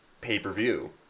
pay-per-view